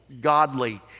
godly